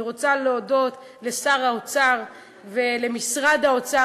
אני רוצה להודות לשר האוצר ולמשרד האוצר